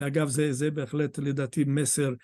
אגב, זה בהחלט לדעתי מסר